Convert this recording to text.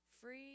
free